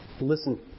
Listen